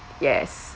yes